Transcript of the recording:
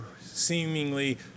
seemingly